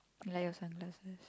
like your sunglasses